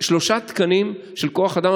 שלושה תקנים של כוח אדם,